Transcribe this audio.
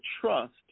trust